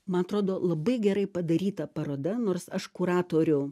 man atrodo labai gerai padaryta paroda nors aš kuratorių